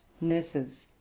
nurses